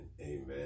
amen